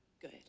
good